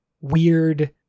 weird